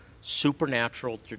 supernatural